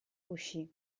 uscì